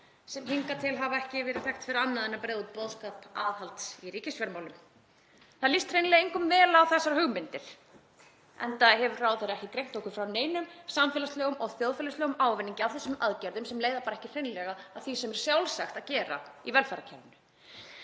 sem hingað til hafa ekki verið þekktir fyrir annað en að breiða út boðskap aðhalds í ríkisfjármálum. Það líst hreinlega engum vel á þessar hugmyndir, enda hefur ráðherra ekki greint okkur frá neinum samfélagslegum og þjóðfélagslegum ávinningi af þessum aðgerðum sem leiða ekki að því sem er sjálfsagt að gera í velferðarkerfinu.